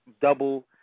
double